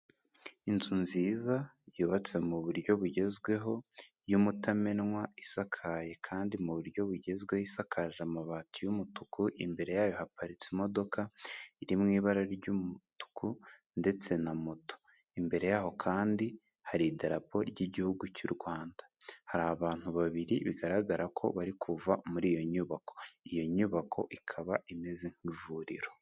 Inzu nziza yubatse mu buryo bugezweho y'umutamenwa, isakaye kandi mu buryo bugezweho, isakaje amabati y'umutuku, imbere yayo haparitse imodoka iri mu ibara ry'umutuku ndetse na moto, imbere yaho kandi hari idarapo ry'igihugu cy'u Rwanda hari abantu babiri, bigaragara ko bari kuva muri iyo nyubako, iyo nyubako ikaba imeze nk'ivuriro.